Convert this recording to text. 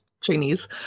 Chinese